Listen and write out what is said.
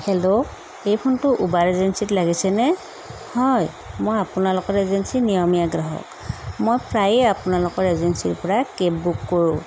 hello এই ফোনটো ওবেৰ এজেঞ্চিত লাগিছেনে হয় মই আপোনালোকৰ এজেঞ্চিৰ নিয়মীয়া গ্ৰাহক মই প্ৰায়ে আপোনালোকৰ এজেঞ্চিৰ পৰা কেব বুক কৰোঁ